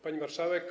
Pani Marszałek!